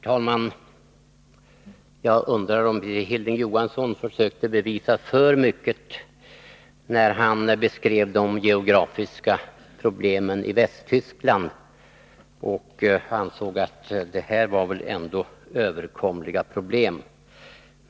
Herr talman! Jag undrar om Hilding Johansson inte försökte bevisa för mycket när han beskrev de geografiska problemen i Västtyskland och ansåg att de ändå var överkomliga.